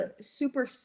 super